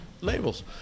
labels